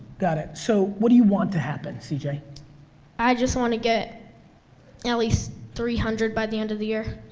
got it. so what do you want to have, cj? i i just want to get at least three hundred by the end of the year.